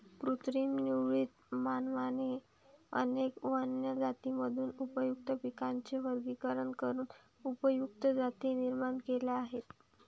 कृत्रिम निवडीत, मानवाने अनेक वन्य जातींमधून उपयुक्त पिकांचे वर्गीकरण करून उपयुक्त जाती निर्माण केल्या आहेत